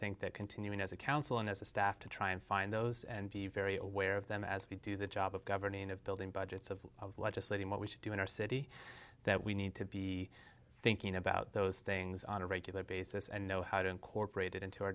think that continuing as a council and as a staff to try and find those and be very aware of them as we do the job of governing of building budgets of of legislating what we should do in our city that we need to be thinking about those things on a regular basis and know how to incorporate it into our